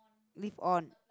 leave on